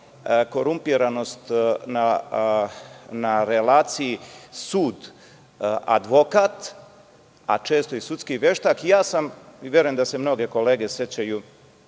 korumpiranost na relaciji sud – advokat, a često i sudski veštak. Ja sam, verujem da se mnoge kolege sećaju,